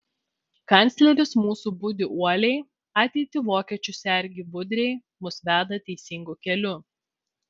kancleris mūsų budi uoliai ateitį vokiečių sergi budriai mus veda teisingu keliu